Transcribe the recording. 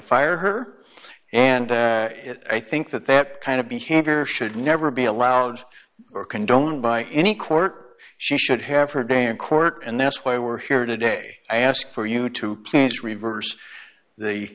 fire her and i think that that kind of behavior should never be allowed or condoned by any court she should have her day in court and that's why we're here today i ask for you to reverse the